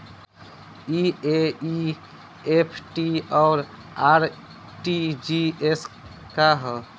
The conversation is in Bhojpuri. ई एन.ई.एफ.टी और आर.टी.जी.एस का ह?